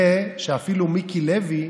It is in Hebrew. זה שאפילו מיקי לוי,